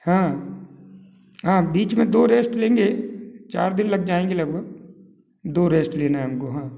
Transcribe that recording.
हाँ हाँ बीच में दो रेस्ट लेंगे चार दिन लग जाएंगे लगभग दो रेस्ट लेना है हम को हाँ